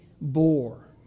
bore